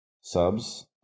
subs